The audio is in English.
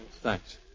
Thanks